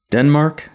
Denmark